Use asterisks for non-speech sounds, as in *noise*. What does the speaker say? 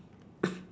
mm *coughs*